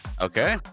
Okay